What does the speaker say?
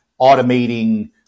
automating